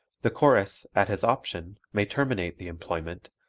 the chorus, at his option, may terminate the employment,